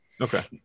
Okay